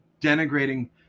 denigrating